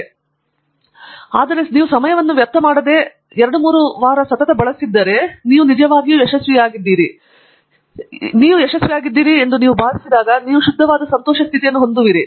ಆದ್ದರಿಂದ ನೀವು ಸಮಯವನ್ನು ವ್ಯರ್ಥ ಮಾಡದಿರುವ ಪ್ರಾಯೋಗಿಕ ಪ್ರಕ್ರಿಯೆಗೆ ನೀವು 2 3 ವಾರಗಳ ಕಾಲ ಬಳಸಿದ್ದರೆ ಮತ್ತು ನಿಮಗೆ ಸಂತೋಷವಾಗಬೇಕಿದೆ ಎಂದು ನಿಮಗೆ ತಿಳಿದಿದ್ದರೆ ತೆಗೆದುಕೊಂಡರೆ ನೀವು ನಿಜವಾಗಿಯೂ ಯಶಸ್ವಿಯಾಗಿದ್ದೀರಿ ಎಂದು ನೀವು ಭಾವಿಸಿದರೆ ನೀವು ಶುದ್ಧವಾದ ಸ್ಥಿತಿಯನ್ನು ಹೊಂದಿದ್ದೀರಿ